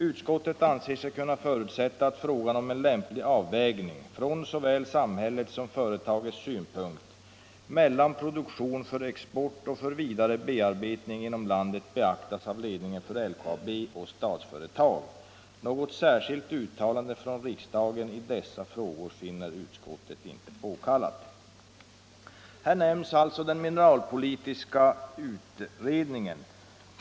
Utskottet anser sig kunna förutsätta att frågan om en lämplig avvägning —- från såväl samhällets som företagets synpunkt — mellan produktion för export och för vidare bearbetning inom landet beaktas av ledningen för LKAB och Statsföretag. Något särskilt uttalande från riksdagens sida i dessa frågor finner utskottet inte påkallat.” Här nämns alltså den mineralpolitiska utredningen.